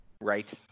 right